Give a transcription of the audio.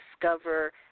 discover